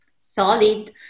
solid